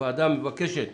הוועדה מבקשת